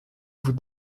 vous